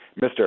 Mr